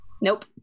Nope